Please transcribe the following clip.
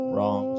Wrong